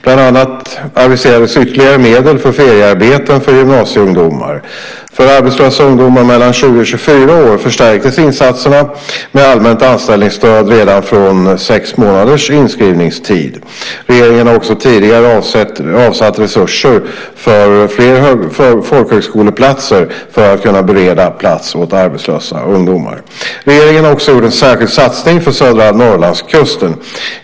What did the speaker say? Bland annat aviserades ytterligare medel för feriearbeten för gymnasieungdomar. För arbetslösa ungdomar i åldern 20-24 år förstärktes insatserna med allmänt anställningsstöd redan från sex månaders inskrivningstid. Regeringen har också tidigare avsatt resurser för fler folkhögskoleplatser för att kunna bereda plats åt arbetslösa ungdomar. Regeringen har också gjort en särskild satsning för södra Norrlandskusten.